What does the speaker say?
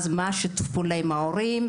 אז מה שיתוף הפעולה עם ההורים,